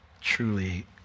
truly